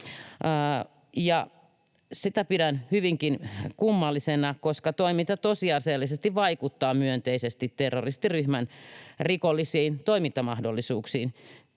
sitä pidän hyvinkin kummallisena, koska toiminta tosiasiallisesti vaikuttaa myönteisesti terroristiryhmän rikollisiin toimintamahdollisuuksiin